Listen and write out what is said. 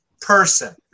person